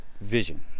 vision